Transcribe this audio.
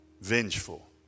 Vengeful